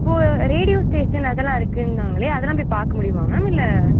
இப்போது radio station அதெல்லாம் இருக்குன்னாங்களே அதெல்லாம் போய் பார்க்க முடியுமா மேம் இல்லை